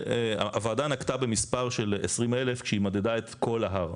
הוועדה נקטה במספר של 20,000 כשהיא מדדה את כל ההר.